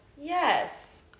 yes